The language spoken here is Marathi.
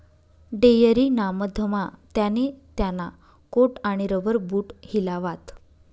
डेयरी ना मधमा त्याने त्याना कोट आणि रबर बूट हिलावात